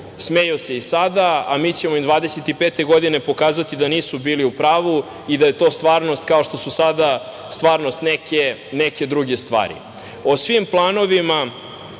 smeju se i sada, a mi ćemo im 2025. godine pokazati da nisu bili u pravu i da je to stvarnost, kao što su sada stvarnost neke druge stvari.O svim planovima,